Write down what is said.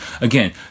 again